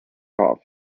off